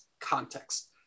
context